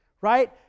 right